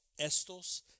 estos